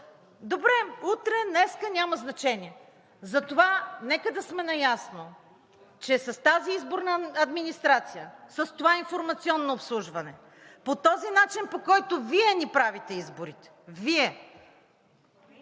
Добре – утре, днеска, няма значение. Затова нека да сме наясно, че с тази изборна администрация, с това информационно обслужване, по този начин, по който Вие ни правите изборите, Вие…